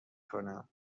کنم